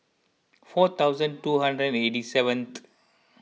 four thousand two hundred and eighty seventh